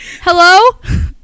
hello